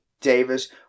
Davis